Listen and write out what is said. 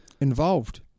Involved